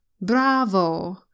Bravo